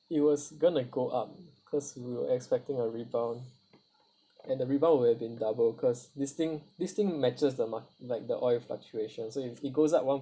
it was going to go up cause we were expecting a rebound and the rebound would have been double because this thing this thing matches the mar~ like the oil fluctuations so if it goes up one